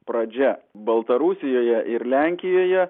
pradžia baltarusijoje ir lenkijoje